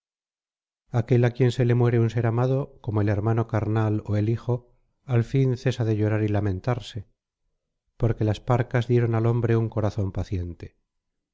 aquel á quien se le muere un ser amado como el hermano carnal ó el hijo al fin cesa de llorar y lamentarse porque las parcas dieron al hombre un corazón paciente